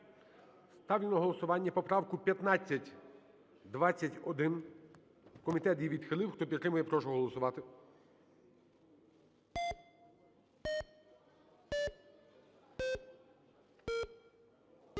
Ставлю на голосування поправку 1521. Комітет її відхилив. Хто підтримує, прошу голосувати.